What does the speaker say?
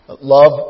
Love